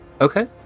Okay